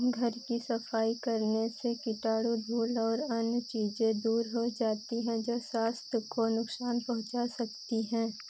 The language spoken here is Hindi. घर की सफ़ाई करने से कीटाणु धूल और अन्य चीज़ें दूर हो जाती हैं जो स्वास्थ्य को नुकसान पहुँचा सकती है